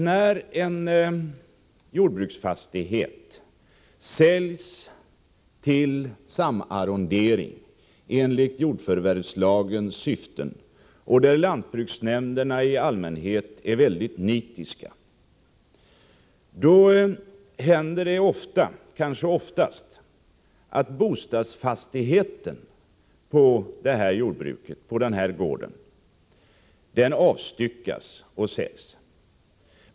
När en jordbruksfastighet säljs till samarrondering i enlighet med jordförvärvslagens syften — i det sammanhanget är lantbruksnämnderna i allmänhet väldigt nitiska — händer det ofta, kanske oftast, att bostadsfastigheten på gården i fråga avstyckas och säljs.